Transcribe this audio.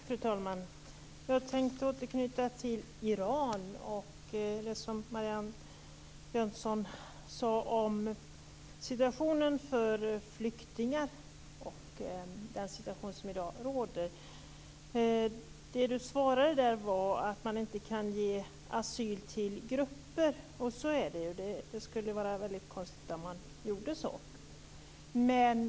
Fru talman! Jag tänkte återknyta till frågan om Iran och den rådande situationen för flyktingar. Marianne Jönsson sade att man inte kan ge asyl till grupper, och så är det ju, det vore konstigt annars.